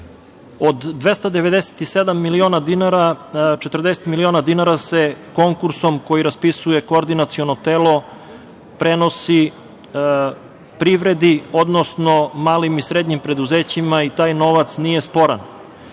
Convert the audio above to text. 297 miliona dinara, 40 miliona dinara se konkursom, koji raspisuje Koordinaciono telo, prenosi privredi, odnosno malim i srednjim preduzećima i taj novac nije sporan.